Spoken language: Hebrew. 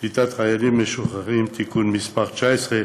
קליטת חיילים משוחררים (תיקון מס' 19),